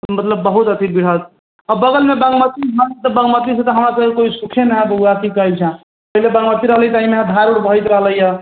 मतलब बहुत अथि आ बगलमे बागमती नदी बागमती छै तऽ हमरा सभके कोइ सुखे नऽ हइ बौआ की कहैत छेँ ताहि लेल अथी रहलैए तऽ धार उर बहैत रहलैए